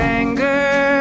anger